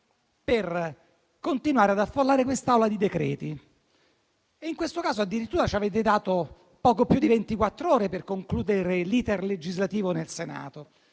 per continuare ad affollare quest'Aula di decreti-legge. In questo caso addirittura ci avete dato poco più di ventiquattr'ore per concludere l'*iter* legislativo in Senato,